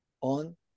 on